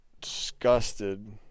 disgusted